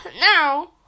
Now